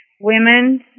Women